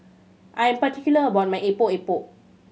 I am particular about my Epok Epok